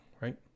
right